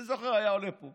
אני זוכר, הוא היה עולה לפה